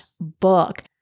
book